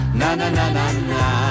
na-na-na-na-na